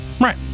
Right